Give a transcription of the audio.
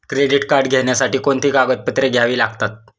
Credit card घेण्यासाठी कोणती कागदपत्रे घ्यावी लागतात?